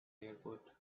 airport